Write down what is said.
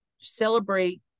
celebrate